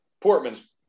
Portman's